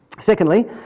Secondly